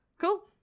cool